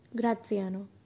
Graziano